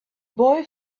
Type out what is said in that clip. boy